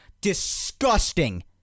Disgusting